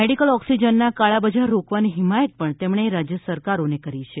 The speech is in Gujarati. મેડિકલ ઑક્સીજનના કાળાબજાર રોકવાની હિમાયત પણ તેમણે રાજ્ય સરકારો ને કરી છે